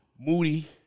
Moody